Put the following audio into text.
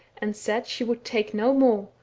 and said she would take no more,